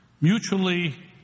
Mutually